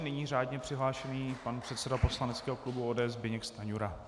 Nyní je řádně přihlášený pan předseda poslaneckého klubu ODS Zbyněk Stanjura.